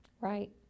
Right